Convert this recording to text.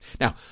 Now